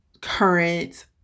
current